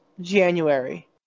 January